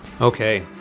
Okay